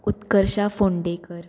Utkarsha Phondekar